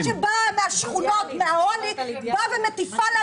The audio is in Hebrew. אחת שבאה מהשכונות, מהעוני, באה ומטיפה לנו.